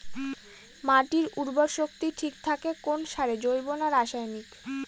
মাটির উর্বর শক্তি ঠিক থাকে কোন সারে জৈব না রাসায়নিক?